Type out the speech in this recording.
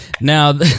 Now